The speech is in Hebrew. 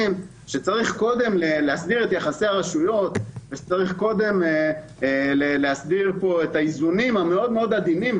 שצריך קודם להסדיר את יחסי הרשויות ואת האיזונים העדינים,